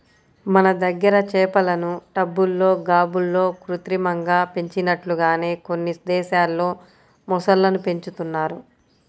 మన దగ్గర చేపలను టబ్బుల్లో, గాబుల్లో కృత్రిమంగా పెంచినట్లుగానే కొన్ని దేశాల్లో మొసళ్ళను పెంచుతున్నారు